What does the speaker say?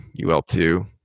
UL2